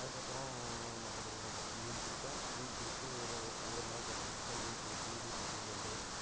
அதுக்கு அப்புறம் மற்றபடிலாம் பார்த்திங்கன்னா மீன் பிடிச்சா மீன் பிடிச்சி ஒரு ஒவ்வொரு நாள் பார்த்திங்கன்னாக்க மீன் பிடிச்சி வீட்டுக்கு கொண்டு வந்து